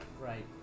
Right